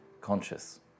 conscious